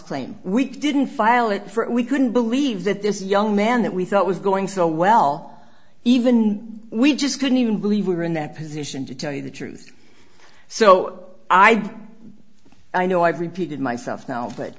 we didn't file it for we couldn't believe that this young man that we thought was going so well even we just couldn't even believe we were in that position to tell you the truth so i do i know i've repeated myself now but